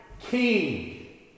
king